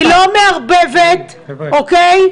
היא לא מערבבת, אוקיי?